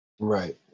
Right